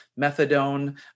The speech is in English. methadone